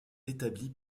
établi